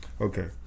Okay